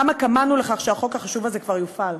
כמה כמהנו לכך שהחוק החשוב הזה כבר יופעל.